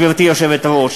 גברתי היושבת-ראש,